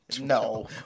No